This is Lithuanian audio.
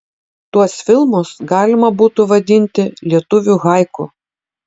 tuos filmus galima būtų vadinti lietuvių haiku